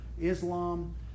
Islam